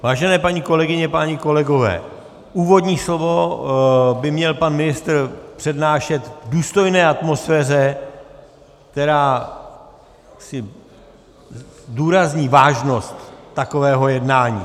Vážené paní kolegyně, páni kolegové, úvodní slovo by měl pan ministr přednášet v důstojné atmosféře, která zdůrazní vážnost takového jednání.